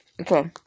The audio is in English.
Okay